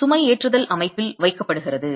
சுமைஏற்றுதல் அமைப்பில் வைக்கப்படுகிறது